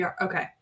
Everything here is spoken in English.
Okay